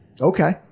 Okay